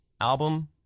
album